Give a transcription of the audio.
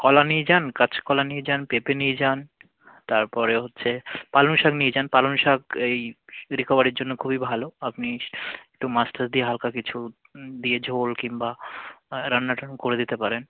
কলা নিয়ে যান কাঁচকলা নিয়ে যান পেঁপে নিয়ে যান তারপরে হচ্ছে পালং শাক নিয়ে যান পালং শাক এই রিকভারির জন্য খুবই ভালো আপনি একটু মাছ টাছ দিয়ে হালকা কিছু দিয়ে ঝোল কিম্বা রান্না টান্না করে দিতে পারেন